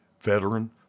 veteran